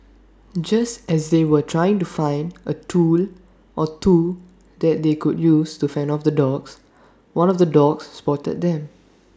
just as they were trying to find A tool or two that they could use to fend off the dogs one of the dogs spotted them